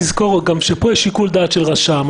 לזכור שיש פה שיקול דעת של רשם.